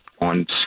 on